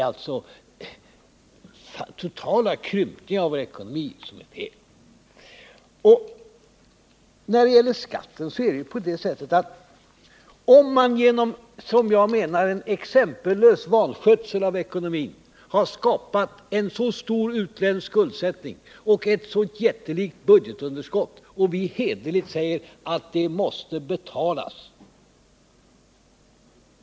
Dessa krympningar har gjort att den totala ekonomin inom industrisektorn är för liten. Det är genom en exempellös vanskötsel av ekonomin som man har skapat en så stor utländsk skuldsättning och ett så stort budgetunderskott. Vi menar att detta underskott måste betalas.